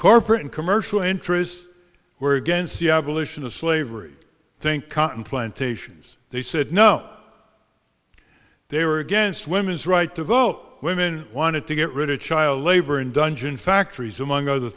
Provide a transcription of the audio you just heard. corporate and commercial interests were against the abolition of slavery think cotton plantations they said no they were against women's right to vote women wanted to get rid of child labor in dungeon factories among other